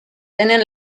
tenen